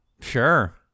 Sure